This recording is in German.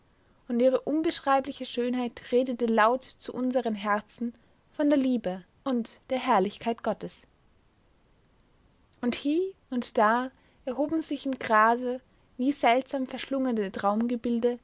und ihre unbeschreibliche schönheit redete laut zu unsern herzen von der liebe und der herrlichkeit gottes und hie und da erhoben sich im grase wie seltsam verschlungene